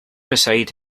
beside